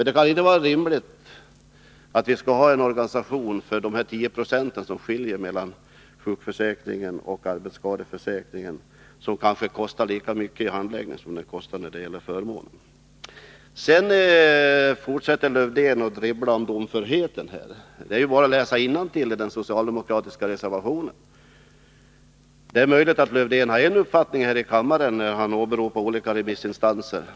Det kan inte vara rimligt att vi skall ha en organisation för de 10 96 som skiljer mellan sjukförsäkringen och arbetsskadeförsäkringen och som kanske kostar lika mycket i handläggning som den kostar när det gäller förmåner? Lars-Erik Lövdén fortsätter att dribbla med domförheten. Men det är ju bara att läsa innantill i den socialdemokratiska reservationen. Det är möjligt att Lars-Erik Lövdén har en uppfattning här i kammaren, när han åberopar olika remissinstanser.